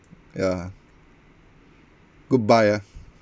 ya good buy ah